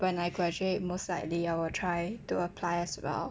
when I graduate most likely I will try to apply as well